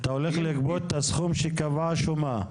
אתה הולך לגבות את הסכום שקבעה השומה.